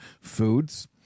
foods